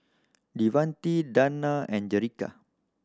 Devante Danna and Jerrica